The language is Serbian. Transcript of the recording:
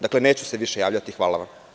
Dakle, neću se više javljati, hvala vam.